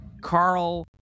Carl